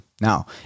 Now